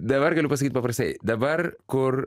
dabar galiu pasakyt paprastai dabar kur